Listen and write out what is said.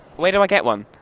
where do i get one?